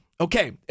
okay